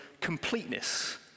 completeness